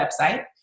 website